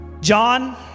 John